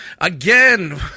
Again